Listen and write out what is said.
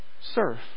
Serve